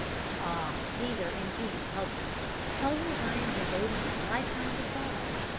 ah! these are indeed puzzles puzzles i am devoting a lifetime to solve.